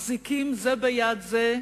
מחזיקים זה ביד זה,